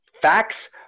facts